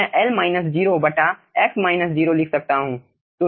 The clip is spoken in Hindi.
मैं बटा लिख सकता हूँ